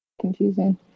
confusing